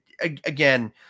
again